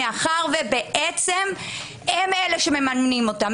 מאחר שהם אלה שמממנים אותם,